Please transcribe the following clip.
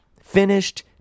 finished